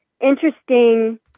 interesting